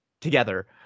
together